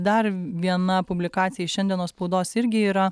dar viena publikacija iš šiandienos spaudos irgi yra